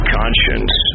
conscience